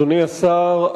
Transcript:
אדוני השר,